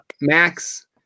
Max